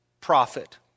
prophet